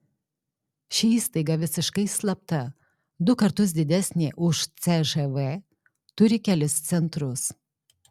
ši įstaiga visiškai slapta du kartus didesnė už cžv turi kelis centrus